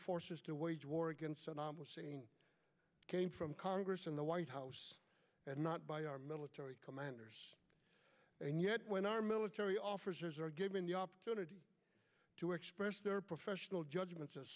forces to wage war against saddam hussein came from congress and the white house and not by our military commanders and yet when our military officers are given the opportunity to express their professional judgments